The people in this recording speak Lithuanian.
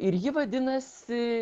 ir ji vadinasi